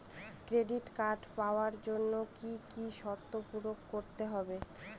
Credit card পাওয়ার জন্য কি কি শর্ত পূরণ করতে হবে?